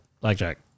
Blackjack